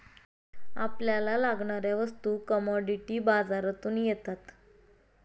आपल्याला लागणाऱ्या वस्तू कमॉडिटी बाजारातून येतात